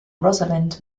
rosalind